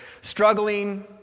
struggling